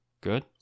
Good